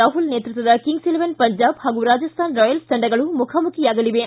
ರಾಹುಲ್ ನೇತೃತ್ವದ Kings Eleven Punjab ಹಾಗೂ Rajasthan Royals ತಂಡಗಳು ಮುಖಾಮುಖಿಯಾಗಲಿವೆ